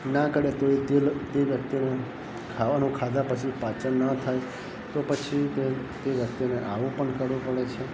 ના કરે તોય તે વ્યક્તિને ખાવાનું ખાધા પછી પાચન ન થાય તો પછી તે વ્યક્તિને આવું પણ કરવું પડે છે